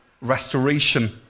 restoration